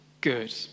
good